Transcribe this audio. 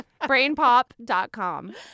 Brainpop.com